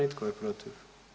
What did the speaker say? I tko je protiv?